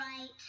right